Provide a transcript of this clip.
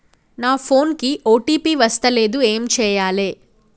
నా ఫోన్ కి ఓ.టీ.పి వస్తలేదు ఏం చేయాలే?